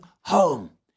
home